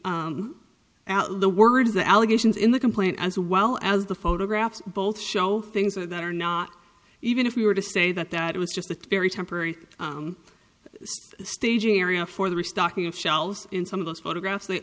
both the words the allegations in the complaint as well as the photographs both show things that are not even if we were to say that that it was just a very temporary staging area for the restocking of shelves in some of those photographs they